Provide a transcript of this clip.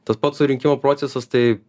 tas pats surinkimo procesas tai